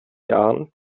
jahren